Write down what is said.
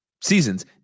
seasons